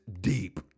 deep